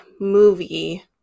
movie